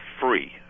free